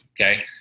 okay